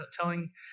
telling